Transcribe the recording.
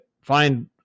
find